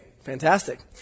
Fantastic